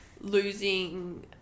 losing